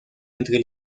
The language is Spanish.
entre